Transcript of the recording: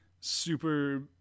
super